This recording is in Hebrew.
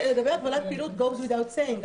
לגבי הגבלת פעילות, it goes without saying.